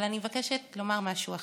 אבל אני מבקשת לומר משהו אחר.